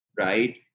right